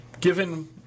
Given